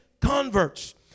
converts